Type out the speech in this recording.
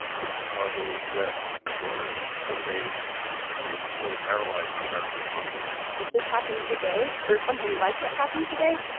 ah from chicago west, for some days and really paralyzed the american economy if this happened today or if something like it happened today,